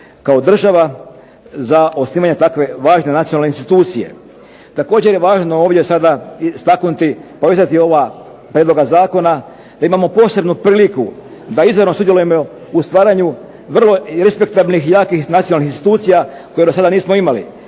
kao država za osnivanje takve važne nacionalne institucije. Također je važno ovdje sada istaknuti …/Ne razumije se./… prijedloga zakona, da imamo posebnu priliku da izravno sudjelujemo u stvaranju vrlo respektabilnih i jakih nacionalnih institucija koje do sada nismo imali.